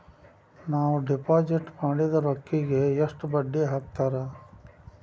ನಾವು ಡಿಪಾಸಿಟ್ ಮಾಡಿದ ರೊಕ್ಕಿಗೆ ಎಷ್ಟು ಬಡ್ಡಿ ಹಾಕ್ತಾರಾ?